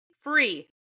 free